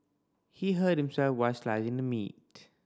he hurt himself while slicing the meat